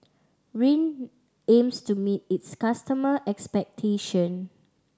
Rene aims to meet its customer expectation